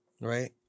right